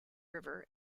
river